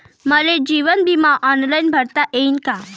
मले जीवन बिमा ऑनलाईन भरता येईन का?